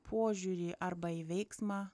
požiūrį arba į veiksmą